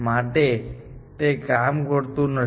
માટે તે કામ કરતુ નથી